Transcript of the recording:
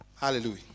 Hallelujah